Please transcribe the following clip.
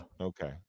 Okay